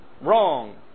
wrong